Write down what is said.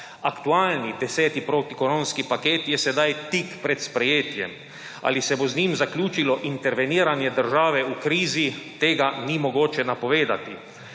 Aktualni deseti protikoronski paket je sedaj tik pred sprejetjem. Ali se bo z njim zaključilo interveniranje države v krizi, tega ni mogoče napovedati.